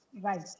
right